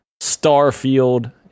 Starfield